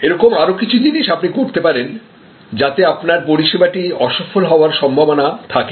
এরকম আরো কিছু জিনিস আপনি করতে পারেন যাতে আপনার পরিষেবাটি অসফল হওয়ার সম্ভাবনা থাকে না